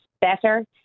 Better